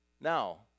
now